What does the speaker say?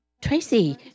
Tracy